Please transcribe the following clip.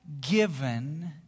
given